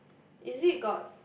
is it got